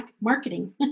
marketing